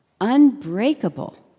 unbreakable